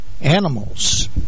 Animals